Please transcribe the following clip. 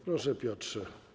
Proszę, Piotrze.